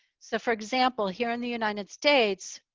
so for example, here in the united states,